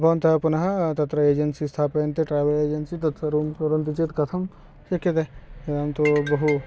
भवन्तः पुनः तत्र एजेन्सी स्थापयन्ति ट्रेवेल् एजेन्सी तत् सर्वं वदन्ति चेत् कथं शक्यते अहं तु बहु